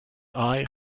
eye